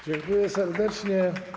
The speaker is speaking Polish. Dziękuję serdecznie.